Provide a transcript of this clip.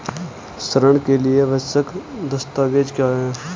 ऋण के लिए आवश्यक दस्तावेज क्या हैं?